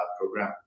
program